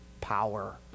power